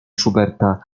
schuberta